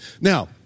Now